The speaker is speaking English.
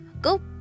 go